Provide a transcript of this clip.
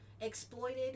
exploited